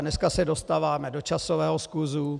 Dneska se dostáváme do časového skluzu.